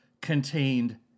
contained